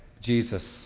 Jesus